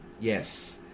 Yes